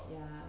ya